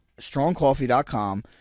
strongcoffee.com